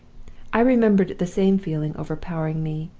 i remembered the same feeling overpowering me,